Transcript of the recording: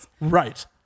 Right